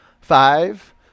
Five